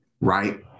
right